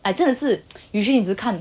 ah 真的是 usually 你只是看